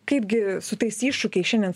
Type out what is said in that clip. kaipgi su tais iššūkiais šiandien